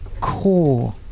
core